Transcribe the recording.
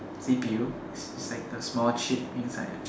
C_P_U it's like the small chip inside